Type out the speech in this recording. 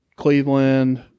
Cleveland